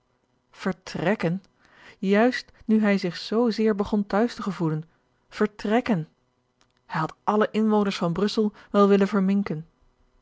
vertrekken juist nu hij zich zoo zeer begon te huis te gevoelen vertrekken hij had alle inwoners van brussel wel willen verminken